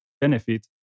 benefit